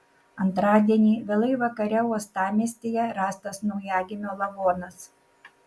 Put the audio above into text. antradienį vėlai vakare uostamiestyje rastas naujagimio lavonas